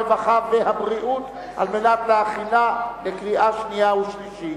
הרווחה והבריאות להכנה לקריאה שנייה ולקריאה שלישית.